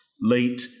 late